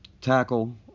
tackle